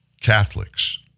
Catholics